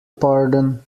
pardon